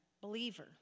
believer